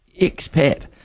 expat